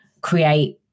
create